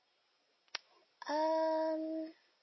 um